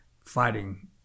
fighting